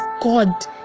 God